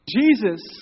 Jesus